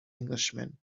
englishman